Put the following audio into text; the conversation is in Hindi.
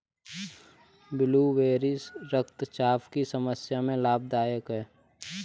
ब्लूबेरी रक्तचाप की समस्या में लाभदायक है